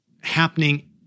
happening